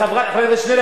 חבר הכנסת שנלר,